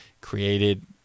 created –